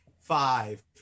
five